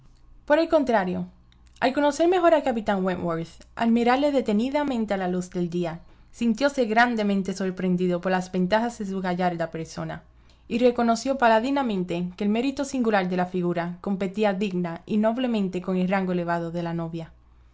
por el contrario al conocer mejor al capitán wentworth al mirarle detenidamente a la luz del día sintióse grandemente sorprendido por las ventajas de su gallarda persona y reconoció paladinamente que el mérito singular de la figura competía digna y noblemente con el rango elevado de la novia